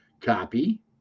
Copy